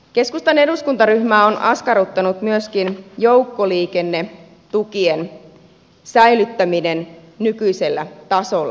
keskustan edustakuntaryhmää on askarruttanut myöskin joukkoliikennetukien säilyttäminen nykyisellä tasolla